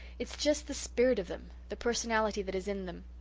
it's just the spirit of them the personality that is in them.